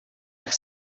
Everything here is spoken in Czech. jak